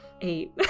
Eight